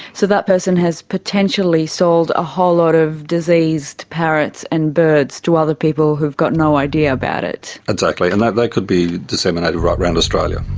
so that person has potentially sold a whole lot of diseased parrots and birds to other people who've got no idea about it. exactly, and they could be disseminated right round australia.